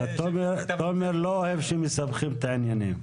תומר לא אוהב שמסבכים את העניינים.